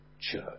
church